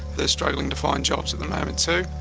they're struggling to find jobs at the moment too.